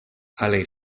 alain